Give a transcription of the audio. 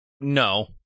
No